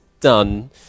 done